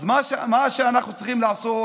אז מה שאנחנו צריכים לעשות,